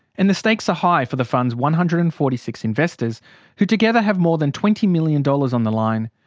and the stakes are high for the fund's one hundred and forty six investors who together, have more than twenty million dollars on the line.